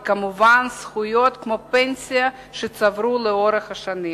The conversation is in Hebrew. וכמובן זכויות כמו פנסיה שצברו לאורך השנים.